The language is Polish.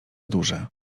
duże